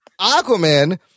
Aquaman